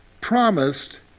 promised